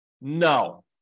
No